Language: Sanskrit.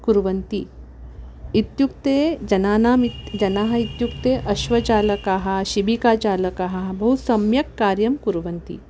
कुर्वन्ति इत्युक्ते जनानामित् जनाः इत्युक्ते अश्वचालकाः शिबिकाचालकाः बहु सम्यक् कार्यं कुर्वन्ति